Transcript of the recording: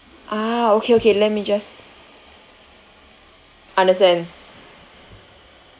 ah okay okay let me just understand